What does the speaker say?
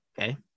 Okay